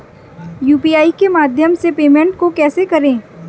UPI के माध्यम से पेमेंट को कैसे करें?